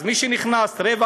אז מי שנכנס רבע